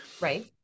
right